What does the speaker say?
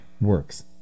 works